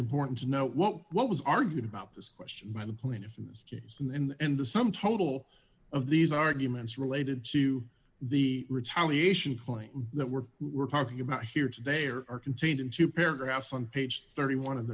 important to know what what was argued about this question by the plaintiff in this case and the sum total of these arguments related to the retaliation claim that were we're talking about here today or are contained in two paragraphs on page thirty one of